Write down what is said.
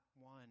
one